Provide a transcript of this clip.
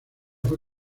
fue